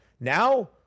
now